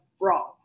wrong